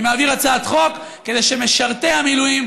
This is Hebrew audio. אני מעביר הצעת חוק כדי שמשרתי המילואים,